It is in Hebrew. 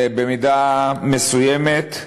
במידה מסוימת.